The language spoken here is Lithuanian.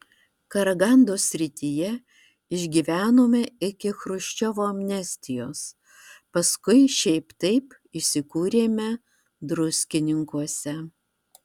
karagandos srityje išgyvenome iki chruščiovo amnestijos paskui šiaip taip įsikūrėme druskininkuose